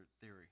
theory